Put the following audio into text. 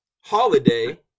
holiday